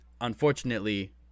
unfortunately